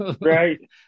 right